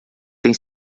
tem